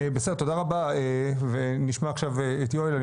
בסדר, תודה רבה, ונשמע עכשיו את יואל.